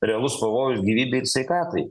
realus pavojus gyvybei ir sveikatai